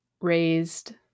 raised